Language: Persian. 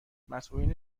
مسئولین